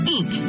Inc